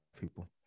people